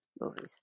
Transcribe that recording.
movies